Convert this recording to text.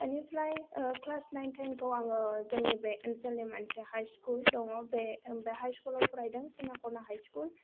इनिफ्राय ओ class nine टेनखौ आङो जोंनि बे ओनसोलनि मोनसे हाइस्कुल दङ बे हाइस्कुलाव फरायदों सिनाकना हाइस्कुल